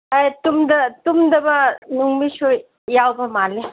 ꯑꯦ ꯇꯨꯝꯗꯕ ꯅꯨꯃꯤꯠꯁꯨ ꯌꯥꯎꯕ ꯃꯥꯜꯂꯦ